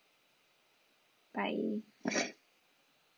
bye